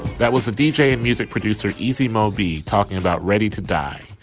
that was a deejay and music producer eazy might be talking about ready to die.